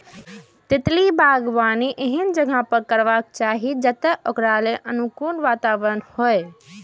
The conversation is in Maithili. तितली बागबानी एहन जगह पर करबाक चाही, जतय ओकरा लेल अनुकूल वातावरण होइ